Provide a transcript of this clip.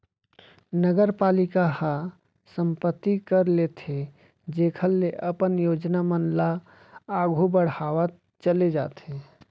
नगरपालिका ह संपत्ति कर लेथे जेखर ले अपन योजना मन ल आघु बड़हावत चले जाथे